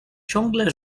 ciągle